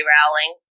Rowling